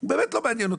הוא באמת לא מעניין אותי.